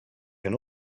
can